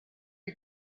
you